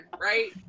right